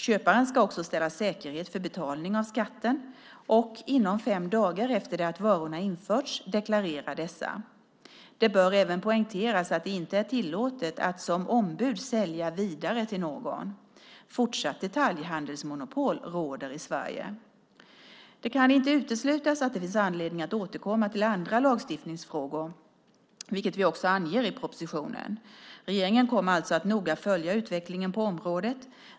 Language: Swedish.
Köparen ska också ställa säkerhet för betalningen av skatten och, inom fem dagar efter det att varorna införts, deklarera dessa. Det bör även poängteras att det inte är tillåtet att som ombud sälja vidare till någon. Fortsatt detaljhandelsmonopol råder i Sverige. Det kan inte uteslutas att det finns anledning att återkomma till andra lagstiftningsfrågor, vilket vi också anger i propositionen. Regeringen kommer alltså att noga följa utvecklingen på området.